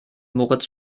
moritz